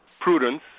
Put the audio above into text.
prudence